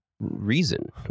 reason